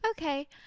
Okay